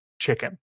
chicken